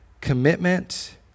commitment